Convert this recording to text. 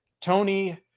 Tony